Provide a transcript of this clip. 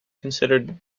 considered